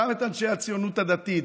גם את אנשי הציונות הדתית,